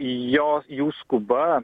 jo jų skuba